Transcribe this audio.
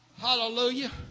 hallelujah